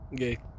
Okay